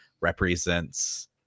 represents